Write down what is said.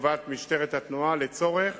לטובת משטרת התנועה, לצורך